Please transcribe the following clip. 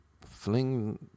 fling